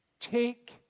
Take